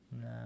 No